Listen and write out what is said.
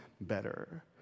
better